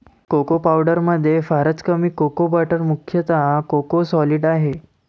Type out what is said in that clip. cocoa पावडरमध्ये फारच कमी कोको बटर मुख्यतः कोको सॉलिड आहे